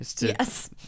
Yes